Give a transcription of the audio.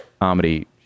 comedy